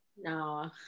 no